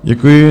Děkuji.